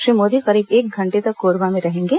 श्री मोदी करीब एक घंटे तक कोरबा में रहेंगे